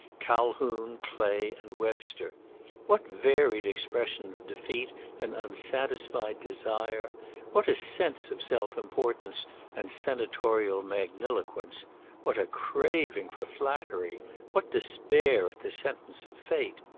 calhoun, clay, and webster what varied expression of defeat and unsatisfied desire what a sense of self-importance and senatorial magniloquence what a craving for flattery what despair at the sentence of fate!